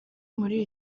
muri